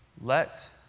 Let